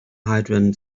hydrant